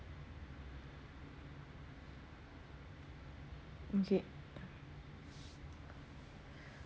okay